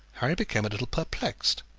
harry became a little perplexed.